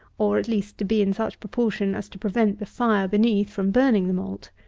or, at least, to be in such proportion as to prevent the fire beneath from burning the malt.